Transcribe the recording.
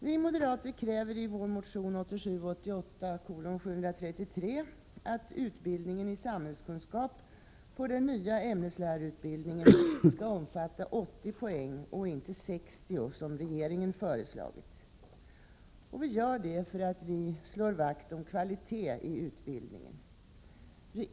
Vi moderater kräver i vår motion 1987/88:Ub733 att utbildningen i samhällskunskap på den nya ämneslärarutbildningen skall omfatta 80 poäng och inte 60, som regeringen föreslagit. Vi gör det för att vi slår vakt om kvalitet i utbildningen.